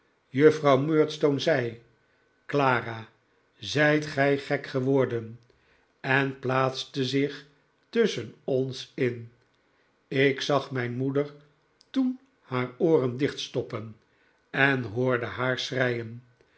juffrouw murdstone zei clara zijt gij gek geworden en plaatste zich tusschen ons in ik zag mijn moeder toen haar ooren dichtstoppen en hoorde haar